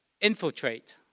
infiltrate